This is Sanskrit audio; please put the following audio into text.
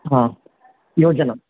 हा योजना